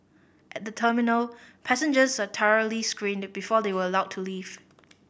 at the terminal passengers are thoroughly screened before they were allowed to leave